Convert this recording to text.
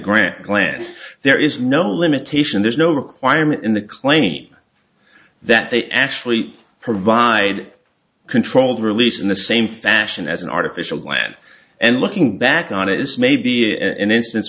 grand plan there is no limitation there's no requirement in the claim that they actually provide controlled release in the same fashion as an artificial gland and looking back on it is maybe an instance